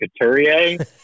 Couturier